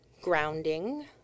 grounding